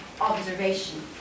observation